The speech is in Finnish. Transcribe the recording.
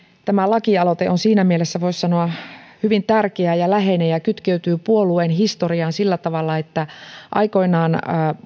tämä lakialoite on siinä mielessä hyvin tärkeä ja läheinen ja kytkeytyy puolueen historiaan sillä tavalla että aikoinaan